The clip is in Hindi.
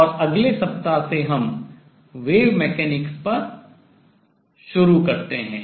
और अगले सप्ताह से हम wave mechanics तरंग यांत्रिकी पर शुरू करते हैं